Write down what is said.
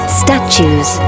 statues